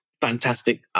fantastic